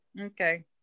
Okay